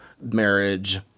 Marriage